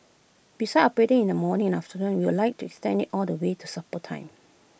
besides operating in the morning afternoon we would like to extend IT all the way to supper time